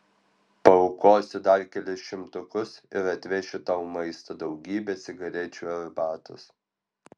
paaukosiu dar kelis šimtukus ir atvešiu tau maisto daugybę cigarečių ir arbatos